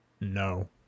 No